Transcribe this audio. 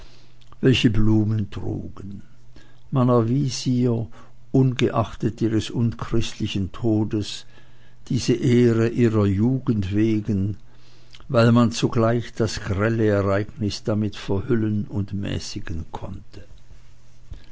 welche blumen trugen man erwies ihr ungeachtet ihres unchristlichen todes diese ehre ihrer jugend wegen weil man zugleich das grelle ereignis damit verhüllen und mäßigen konnte